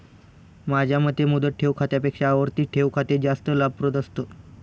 माझ्या मते मुदत ठेव खात्यापेक्षा आवर्ती ठेव खाते जास्त लाभप्रद असतं